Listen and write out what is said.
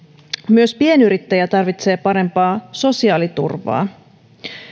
myös pienyrittäjä tarvitsee parempaa sosiaaliturvaa